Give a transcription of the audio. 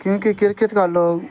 کیونکہ کرکٹ کا لوگ